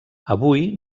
avui